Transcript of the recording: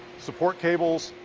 support cables,